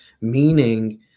Meaning